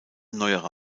neuere